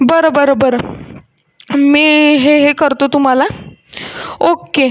बरं बरं बरं मी हे हे करतो तुम्हाला ओक्के